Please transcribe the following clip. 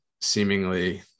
seemingly